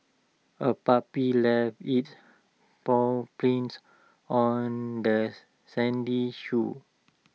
A puppy left its paw prints on the sandy shore